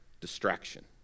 distraction